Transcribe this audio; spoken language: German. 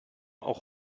auch